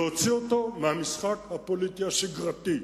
להוציא אותו מהמשחק הפוליטי השגרתי.